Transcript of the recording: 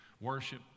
worship